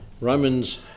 Romans